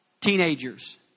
teenagers